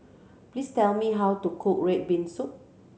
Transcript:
please tell me how to cook red bean soup